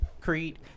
Creed